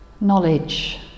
Knowledge